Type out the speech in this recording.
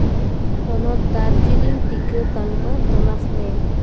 ᱦᱚᱱᱚᱛ ᱫᱟᱨᱡᱤᱞᱤᱝ ᱴᱤᱠᱟᱹ ᱛᱟᱞᱢᱟ ᱛᱚᱞᱟᱥ ᱢᱮ